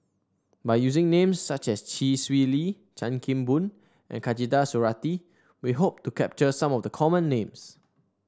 by using names such as Chee Swee Lee Chan Kim Boon and Khatijah Surattee we hope to capture some of the common names